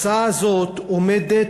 ההצעה הזאת עולה,